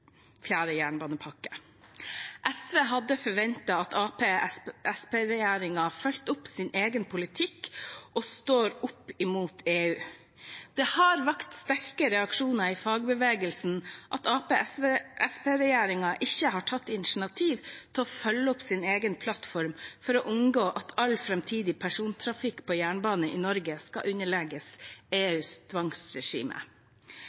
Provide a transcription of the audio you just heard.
SV hadde forventet at Arbeiderparti–Senterparti-regjeringen fulgte opp sin egen politikk og står opp mot EU. Det har vakt sterke reaksjoner i fagbevegelsen at Arbeiderparti–Senterparti-regjeringen ikke har tatt initiativ til å følge opp sin egen plattform for å unngå at all framtidig persontrafikk på jernbane i Norge skal underlegges